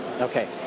Okay